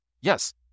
yes